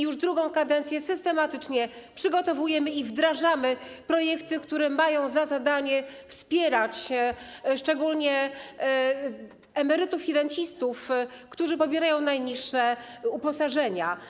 Już drugą kadencję systematycznie przygotowujemy i wdrażamy projekty, które mają za zadanie wspierać szczególnie emerytów i rencistów, którzy pobierają najniższe uposażenia.